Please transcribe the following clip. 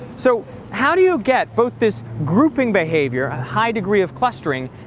so how do you get both this grouping behavior, a high degree of clustering,